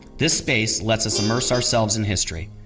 this space lets us immerse ourselves in history.